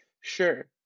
Sure